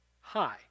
Hi